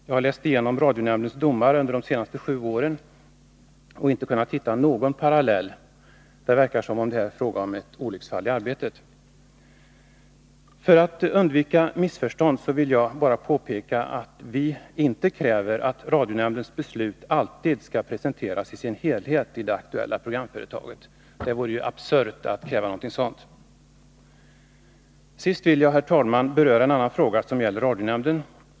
Jag har läst igenom radionämndens domar under de senaste sju åren och inte kunnat hitta någon parallell. Det verkar som om det här är fråga om ett olycksfall i arbetet. För att undvika missförstånd vill jag bara påpeka att vi inte kräver att radionämndens beslut alltid skall presenteras i sin helhet i det aktuella programföretaget. Det vore absurt att kräva något sådant. Herr talman! Jag vill också beröra en annan fråga som berör radionämnden.